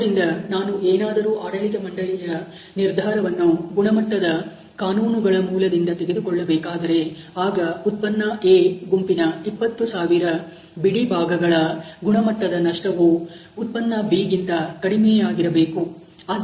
ಆದ್ದರಿಂದ ನಾನು ಏನಾದರೂ ಆಡಳಿತ ಮಂಡಳಿಯ ನಿರ್ಧಾರವನ್ನು ಗುಣಮಟ್ಟದ ಕಾನೂನುಗಳ ಮೂಲದಿಂದ ತೆಗೆದುಕೊಳ್ಳಬೇಕಾದರೆ ಆಗ ಉತ್ಪನ್ನ A ಗುಂಪಿನ 20000 ಬಿಡಿಭಾಗಗಳ ಗುಣಮಟ್ಟದ ನಷ್ಟವು ಉತ್ಪನ್ನ B ಗಿಂತ ಕಡಿಮೆಯಾಗಿರಬೇಕು